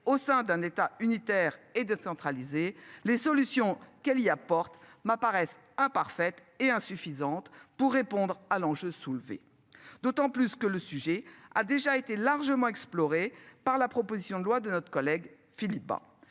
au sein d'un état unitaire et décentralisé les solutions qu'elle y apporte m'apparaissent imparfaite et insuffisante pour répondre à l'enjeu soulevé d'autant plus que le sujet a déjà été largement exploré par la proposition de loi de notre collègue Philippe Bas.